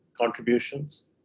contributions